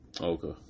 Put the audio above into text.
Okay